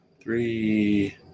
three